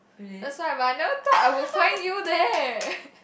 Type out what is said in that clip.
that's why but I never thought I would find you there